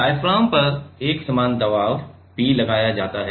diaphragm पर एक समान दबाव P लगाया जाता है